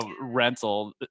rental